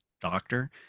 doctor